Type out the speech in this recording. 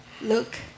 look